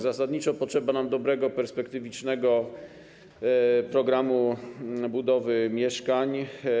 Zasadniczo potrzeba nam dobrego, perspektywicznego programu budowy mieszkań.